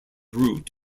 root